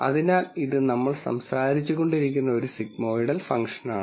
അതിനാൽ ഇത് നമ്മൾ സംസാരിച്ചുകൊണ്ടിരിക്കുന്ന ഒരു സിഗ്മോയ്ഡൽ ഫംഗ്ഷനാണ്